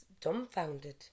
dumbfounded